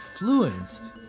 influenced